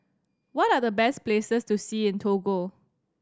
what are the best places to see in Togo